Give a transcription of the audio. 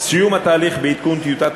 זה חוק זה?